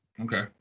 Okay